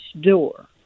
door